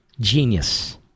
genius